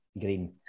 Green